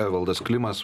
evaldas klimas